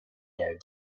their